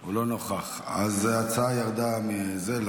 הוא לא נוכח אז ההצעה ירדה מסדר-היום,